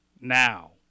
Now